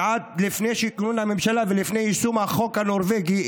ועוד לפני ולפני יישום החוק הנורבגי,